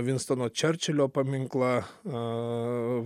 vinstono čerčilio paminklą